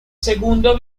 segundo